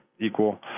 equal